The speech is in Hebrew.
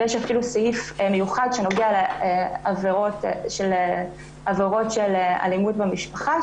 יש אפילו סעיף מיוחד שנוגע לעבירות של אלימות במשפחה,